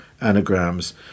anagrams